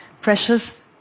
pressures